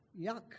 Yuck